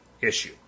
issue